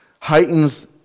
heightens